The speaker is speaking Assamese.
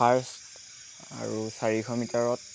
ফাৰ্ষ্ট আৰু চাৰিশ মিটাৰত